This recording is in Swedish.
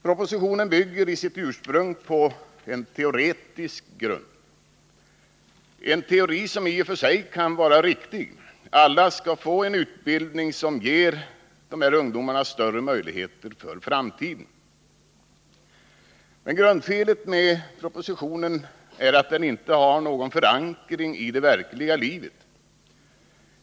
Propositionen bygger i sitt ursprung på en teoretisk grund — på en teori som i och för sig kan vara riktig. Alla skall få en utbildning som ger dem större möjligheter för framtiden. Grundfelet med propositionen är att den inte har någon förankring i det verkliga livet.